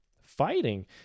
fighting